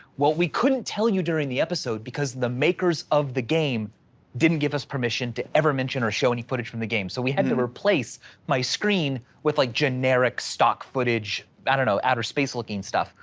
well we couldn't tell you during the episode because the makers of the game didn't give us permission to ever mention or show any footage from the game. so we had to replace my screen with like generic stock footage. i don't know outerspace looking stuff,